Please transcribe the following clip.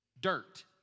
dirt